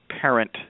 parent